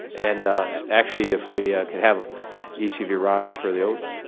and actually, if we could have each of you rise for the oath.